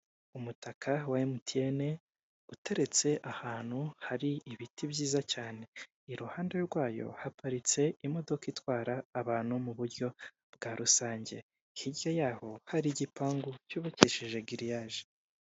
Umutaka wa Emutiyene uteretse ahantu hari ibiti byiza cyane, iruhande rwayo haparitse imodoka itwara abantu mu buryo bwa rusange. Hirya y'aho hari igipangu cyubakishije giriyage.